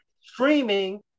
streaming